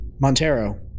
Montero